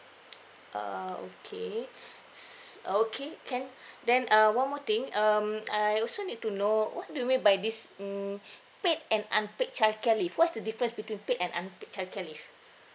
ah okay s~ uh okay can then uh one more thing um I also need to know what do you mean by this mm paid and unpaid childcare leave what is the difference between paid and unpaid childcare leave